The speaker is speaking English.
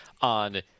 on –